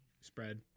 spread